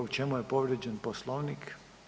U čemu je povrijeđen Poslovnik?